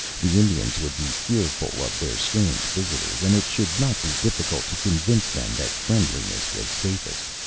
the indians would be fearful of their strange visitors, and it should not be difficult to convince them that friendliness was safest,